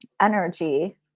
energy